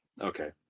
Okay